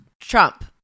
Trump